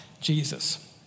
Jesus